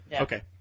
Okay